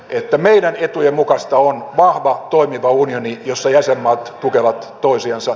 että meidän etujen mukaista on vahva toimiva unioni jossa jäsenmaat tukevat toisiansa